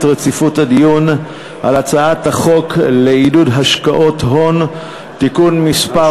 רציפות הדיון על הצעת חוק לעידוד השקעות הון (תיקון מס'